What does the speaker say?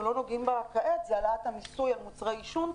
לא נוגעים בה כעת היא העלאת המיסוי על מוצרי עישון,